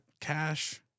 cash